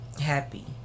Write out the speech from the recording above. happy